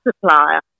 supplier